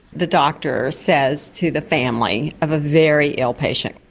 the doctor says to the family of a very ill patient,